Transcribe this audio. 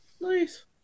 Nice